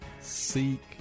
seek